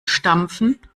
stampfen